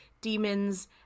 demons